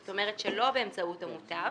זאת אומרת, שלא באמצעות המוטב,